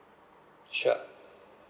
sure